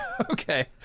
Okay